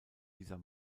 dieser